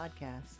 podcast